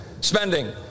spending